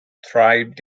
thrived